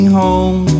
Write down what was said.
home